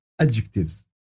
adjectives